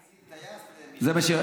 טייס בשביל,